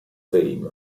fame